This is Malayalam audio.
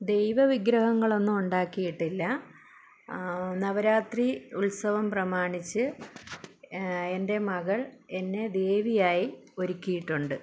ദൈവവിഗ്രഹങ്ങളൊന്നും ഉണ്ടാക്കിയിട്ടില്ല നവരാത്രി ഉത്സവം പ്രമാണിച്ച് എൻ്റെ മകൾ എന്നെ ദേവിയായി ഒരുക്കിയിട്ടുണ്ട്